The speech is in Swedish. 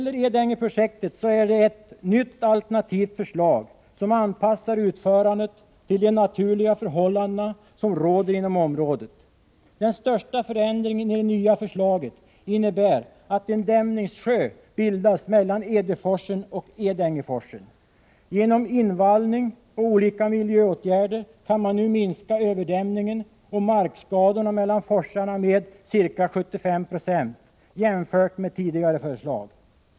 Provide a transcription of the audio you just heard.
Edängeprojektet är baserat på ett nytt, alternativt förslag, som anpassar utförandet till de naturliga förhållanden som råder inom området. Den största förändringen i det nya förslaget innebär att en dämningssjö bildas mellan Edeforsen och Edängeforsen. Genom invallning och olika miljöåtgärder kan man nu minska överdämningen och markskadorna mellan forsarna med ca 75 96 jämfört med tidigare förslag.